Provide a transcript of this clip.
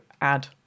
add